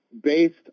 based